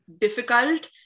difficult